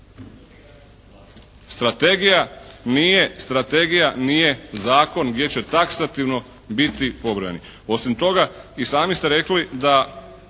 regulirati. Strategija nije zakon gdje će taksativno biti pobrojani. Osim toga i sami ste rekli da